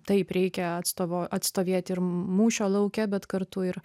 taip reikia atstovo atstovėti ir mūšio lauke bet kartu ir